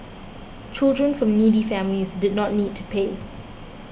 children from needy families did not need to pay